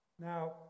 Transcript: Now